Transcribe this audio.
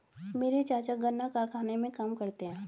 मेरे चाचा गन्ना कारखाने में काम करते हैं